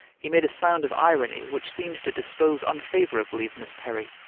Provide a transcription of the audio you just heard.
he made a sound of irony, which seemed to dispose unfavourably of miss perry,